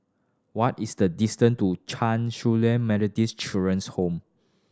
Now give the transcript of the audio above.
what is the distance to Chan Su Lan Methodist Children's Home